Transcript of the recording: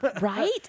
Right